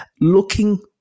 Looking